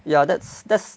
ya that's that's